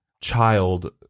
child